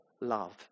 love